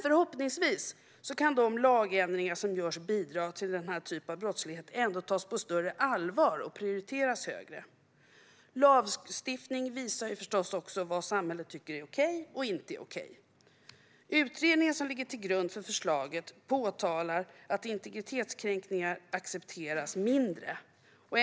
Förhoppningsvis kan de lagändringar som görs ändå bidra till att denna typ av brottslighet tas på större allvar och prioriteras högre. Lagstiftning visar förstås också vad samhället tycker är okej och inte okej. I den utredning som ligger till grund för förslaget påpekas att integritetskränkningar accepteras mindre.